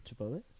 Chipotle